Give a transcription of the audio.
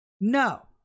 No